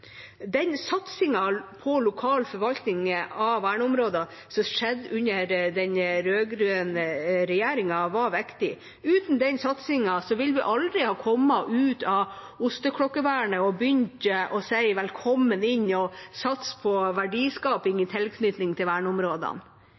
Den satsingen på lokal forvaltning av verneområder som skjedde under den rød-grønne regjeringa, var viktig. Uten den satsingen ville vi aldri ha kommet ut av osteklokkevernet og begynt å si velkommen inn og sats på verdiskaping